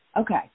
Okay